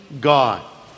God